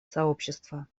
сообщества